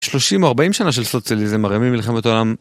30-40 שנה של סוציאליזם הרי ממלחמת העולם.